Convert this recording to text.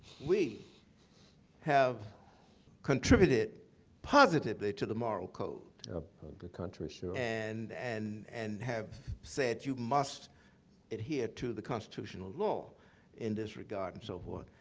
we have contributed positively to the moral code. of the country, sure. and and and have said, you must adhere to the constitutional law in this regard and so forth.